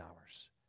hours